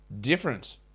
different